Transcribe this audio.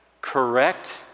correct